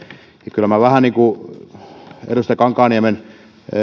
kyllä minä vähän kyseenalaistan edustaja kankaanniemen